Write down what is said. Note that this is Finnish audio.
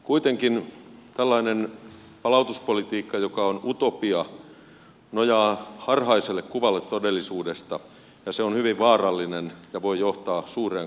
kuitenkin tällainen palautuspolitiikka joka on utopia nojaa harhaiselle kuvalle todellisuudesta ja se on hyvin vaarallinen ja voi johtaa suureen katastrofiin